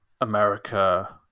America